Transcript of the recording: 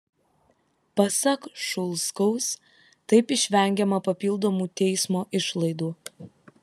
pasak šulskaus taip išvengiama papildomų teismo išlaidų